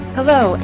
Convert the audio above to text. Hello